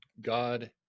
God